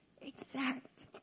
exact